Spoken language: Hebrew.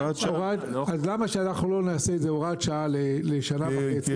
אז למה שאנחנו לא נעשה את זה הוראת שעה לשנה וחצי,